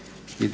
Hvala